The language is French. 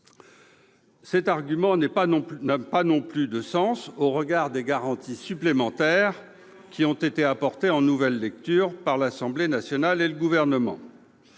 Cet argument n'a pas non plus de sens au regard des garanties supplémentaires qui ont été apportées en nouvelle lecture par l'Assemblée nationale et le Gouvernement.